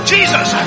Jesus